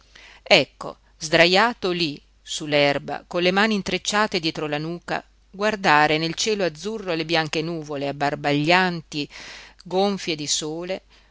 lí su l'erba con le mani intrecciate dietro la nuca guardare nel cielo azzurro le bianche nuvole abbarbaglianti gonfie di sole